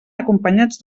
acompanyats